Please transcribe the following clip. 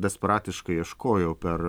desperatiškai ieškojau per